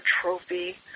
trophy